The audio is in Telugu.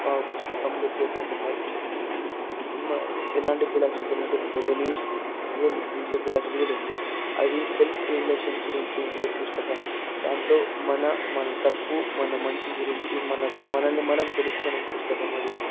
ఆ పుస్తకంలో చేర్చుకున్నాయి ఇ ఇ ఇలాంటి ఫిలాసఫిలంటే లెబనీస్ నిజే ఫిలాసఫి కూడా ఉంది అది సెల్ప్ రిలేషన్ గురించి ఉండే పుస్తకం దాంట్లో మన మన తప్పు మన మంచి గురించి మన మనల్ని మనం తెలుసుకునే పుస్తకం అది